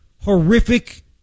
horrific